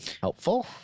Helpful